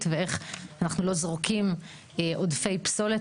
ואיך אנחנו לא זורקים עודפי פסולת.